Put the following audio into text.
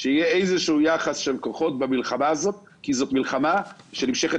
יהיה איזשהו יחס של כוחות במלחמה הזאת כי זאת מלחמה שנמשכת